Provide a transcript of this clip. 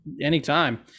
anytime